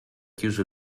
chiuso